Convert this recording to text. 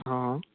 હા